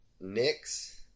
Knicks